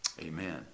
Amen